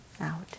out